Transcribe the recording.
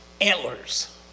antlers